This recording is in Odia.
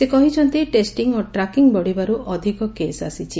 ସେ କହିଛନ୍ତି ଟେଷ୍ଟିଂ ଓ ଟ୍ରାକିଂ ବଢ଼ିବାରୁ ଅଧିକ କେସ୍ ଆସିଛି